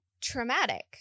traumatic